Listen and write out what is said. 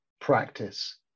practice